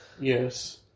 Yes